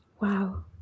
Wow